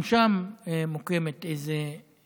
גם שם מוקמת איזו